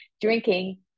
drinking